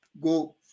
go